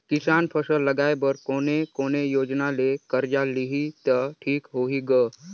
किसान फसल लगाय बर कोने कोने योजना ले कर्जा लिही त ठीक होही ग?